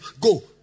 go